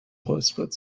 räuspert